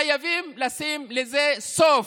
חייבים לשים לזה סוף.